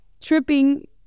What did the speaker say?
tripping